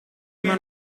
una